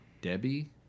Debbie